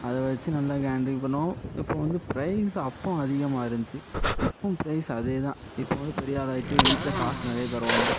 அதை வச்சு நல்லா ஹேண்டில் பண்ணுவோம் இப்போது வந்து ப்ரைஸ் அப்போது அதிகமாக இருந்துச்சு இப்பவும் ப்ரைஸ் அதேதான் இப்போ வந்து பெரிய ஆளாயிட்டு வீட்டில காசு நிறைய தருவாங்க